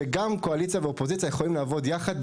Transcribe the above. שקואליציה ואופוזיציה יכולות לעבוד יחד,